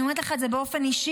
אני אומרת לך את זה באופן אישי.